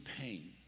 pain